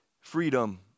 Freedom